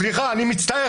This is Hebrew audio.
סליחה, אני מצטער.